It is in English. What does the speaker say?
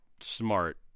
smart